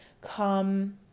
come